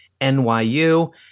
NYU